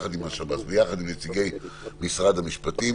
יחד עם השב"ס ויחד עם נציגי משרד המשפטים,